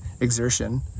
exertion